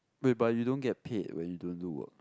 whereby you don't get paid when you don't work